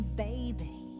baby